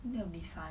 they will be fun